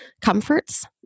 comforts